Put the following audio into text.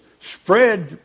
spread